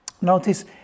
notice